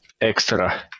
extra